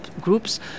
groups